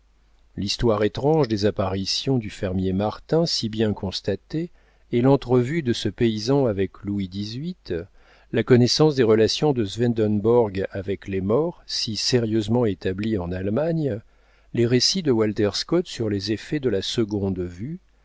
l'histoire étrange des apparitions du fermier martin si bien constatées et l'entrevue de ce paysan avec louis xviii la connaissance des relations de swedenborg avec les morts si sérieusement établie en allemagne les récits de walter scott sur les effets de la seconde vue